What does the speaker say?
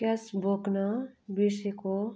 cash बोक्न बिर्सिएको